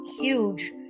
huge